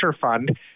fund